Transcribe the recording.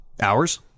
Hours